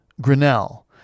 Grinnell